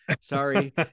Sorry